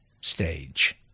stage